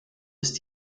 ist